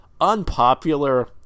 unpopular